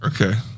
Okay